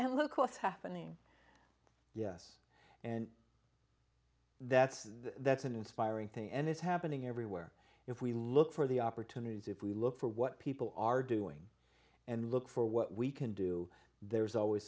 and look what's happening yes and that's that's an inspiring thing and it's happening everywhere if we look for the opportunities if we look for what people are doing and look for what we can do there's always